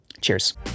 cheers